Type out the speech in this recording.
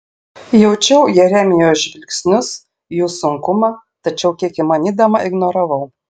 jaučiau jeremijo žvilgsnius jų sunkumą tačiau kiek įmanydama ignoravau